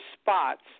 spots